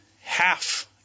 half –